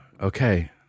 okay